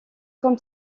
comme